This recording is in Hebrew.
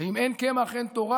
ואם אין קמח אין תורה.